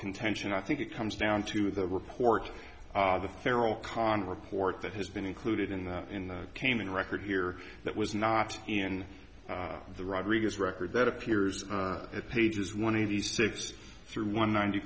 contention i think it comes down to the report of the federal cond report that has been included in the in the cayman record here that was not in the rodriguez record that appears at pages one eighty six through one ninety